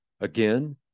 Again